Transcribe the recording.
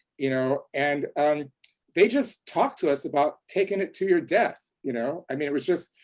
you know, and um they just talked to us about taking it to your death, you know, i mean, it was just,